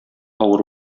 авыр